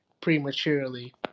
prematurely